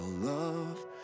love